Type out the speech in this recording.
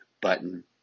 button